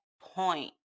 point